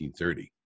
1930